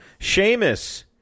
Seamus